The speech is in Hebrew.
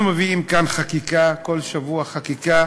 אנחנו מביאים לכאן חקיקה, בכל שבוע חקיקה